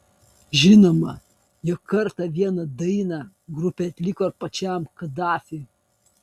žinoma jog kartą vieną dainą grupė atliko ir pačiam kadafiui